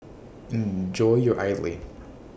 Enjoy your Idly